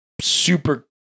Super